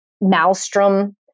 maelstrom